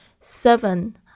Seven